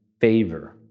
favor